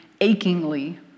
achingly